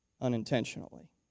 unintentionally